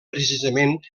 precisament